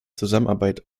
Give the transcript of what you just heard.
zusammenarbeit